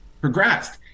progressed